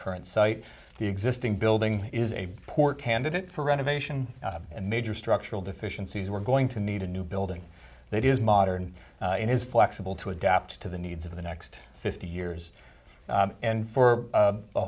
current site the existing building is a poor candidate for renovation and major structural deficiencies we're going to need a new building that is modern in his flexible to adapt to the needs of the next fifty years and for